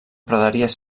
praderies